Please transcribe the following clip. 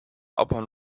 upon